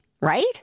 right